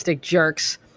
jerks